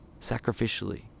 sacrificially